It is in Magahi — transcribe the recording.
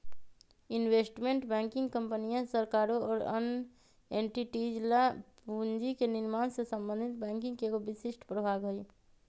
इन्वेस्टमेंट बैंकिंग कंपनियन, सरकारों और अन्य एंटिटीज ला पूंजी के निर्माण से संबंधित बैंकिंग के एक विशिष्ट प्रभाग हई